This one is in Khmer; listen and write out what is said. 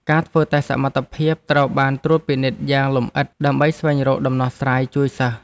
ការធ្វើតេស្តសមត្ថភាពត្រូវបានត្រួតពិនិត្យយ៉ាងលម្អិតដើម្បីស្វែងរកដំណោះស្រាយជួយសិស្ស។